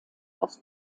aus